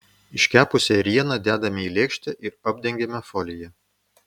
iškepusią ėrieną dedame į lėkštę ir apdengiame folija